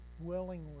willingly